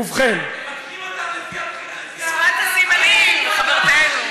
מבקרים אותם לפי, שפת הסימנים, חברתנו.